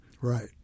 Right